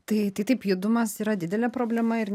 tai taip judumas yra didelė problema ir